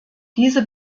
diese